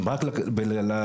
ואמיר נבון,